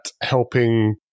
helping